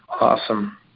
Awesome